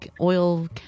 oil